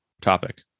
topic